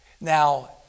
Now